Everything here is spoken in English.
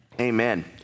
Amen